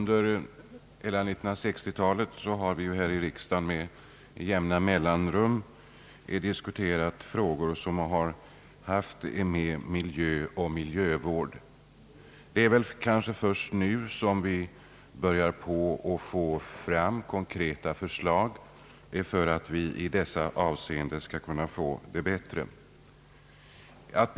Herr talman! Under hela 1960-talet har vi ju här i riksdagen med jämna mellanrum diskuterat frågor som rör miljö och miljövård. Det är kanske först nu konkreta förslag börjat komma fram som kan göra det möjligt att i dessa avseenden skapa bättre förhållanden.